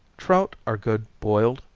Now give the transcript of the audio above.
trout are good boiled,